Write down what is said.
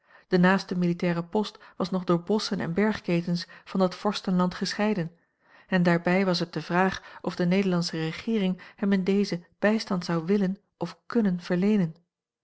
de naaste militaire post was nog door bosschen en bergketens van dat vorstenland gescheiden en daarbij was het de vraag of de nederlandsche regeering hem in deze bijstand zou willen of kunnen verleenen